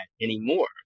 anymore